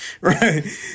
right